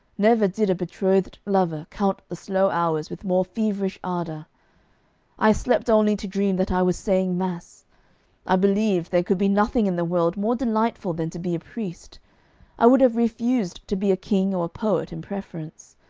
never did a betrothed lover count the slow hours with more feverish ardour i slept only to dream that i was saying mass i believed there could be nothing in the world more delightful than to be a priest i would have refused to be a king or a poet in preference.